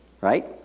Right